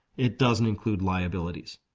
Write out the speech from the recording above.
it doesn't include liabilities.